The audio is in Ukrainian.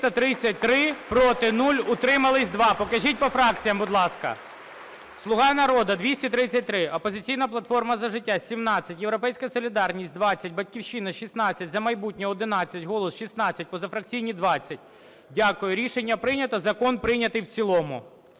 За-333 Проти – 0, утримались – 2. Покажіть по фракціям, будь ласка. "Слуга народу" – 233, "Опозиційна платформа - За життя" – 17, "Європейська солідарність" – 20, "Батьківщина" – 16, "За майбутнє" – 11, "Голос" – 16, позафракційні – 20. Дякую. Рішення прийнято. Закон прийнятий в цілому.